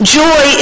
joy